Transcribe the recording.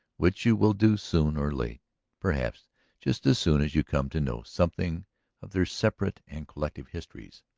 which you will do soon or late perhaps just as soon as you come to know something of their separate and collective histories.